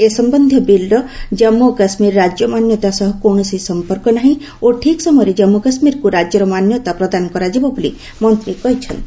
ଏ ସମ୍ଭନ୍ଧୀୟ ବିଲ୍ର ଜାମ୍ମୁ ଓ କାଶୁୀର ରାଜ୍ୟ ମାନ୍ୟତା ସହ କୌଣସି ସମ୍ପର୍କ ନାହିଁ ଓ ଠିକ୍ ସମୟରେ ଜାନ୍ମ୍ କାଶୁୀରକ୍ତ ରାଜ୍ୟର ମାନ୍ୟତା ପ୍ରଦାନ କରାଯିବ ବୋଲି ମନ୍ତ୍ରୀ କହିଛନ୍ତି